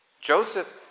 Joseph